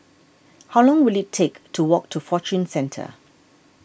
how long will it take to walk to Fortune Centre